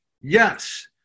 Yes